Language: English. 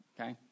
Okay